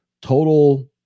total